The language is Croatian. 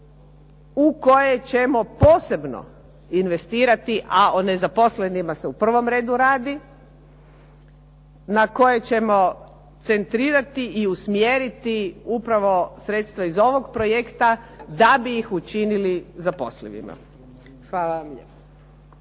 u kojoj ćemo posebno investirati a o nezaposlenima se u prvom redu radi, na kojoj ćemo centrirati i usmjeriti upravo sredstva iz ovog projekta, da bi ih učinili zaposlenima. Hvala vam